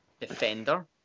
defender